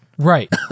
Right